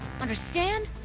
Understand